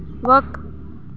وق